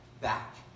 back